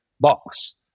box